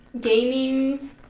Gaming